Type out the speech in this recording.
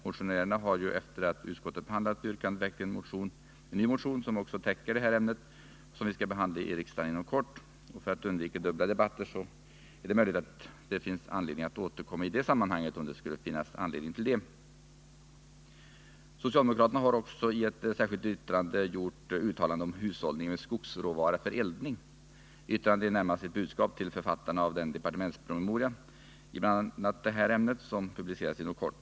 Motionärerna har ju efter det att utskottet behandlat yrkandet väckt en ny motion, som också täcker det här ämnet och som vi skall behandla i riksdagen inom kort. För att undvika dubbla debatter vill jag bara hänvisa till möjligheten att återkomma i det sammanhanget, om det skulle finnas anledning till detta. Socialdemokraterna har också, i ett särskilt yttrande, gjort uttalanden om hushållningen med skogsråvara för eldning. Yttrandet är närmast ett budskap till författarna av den departementspromemoria i bl.a. detta ämne som publiceras inom kort.